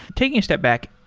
taking a step back,